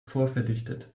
vorverdichtet